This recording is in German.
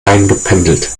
eingependelt